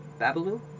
Babalu